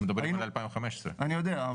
אנחנו מדברים על 2015. אני יודע,